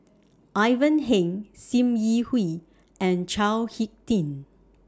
Ivan Heng SIM Yi Hui and Chao Hick Tin